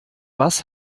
was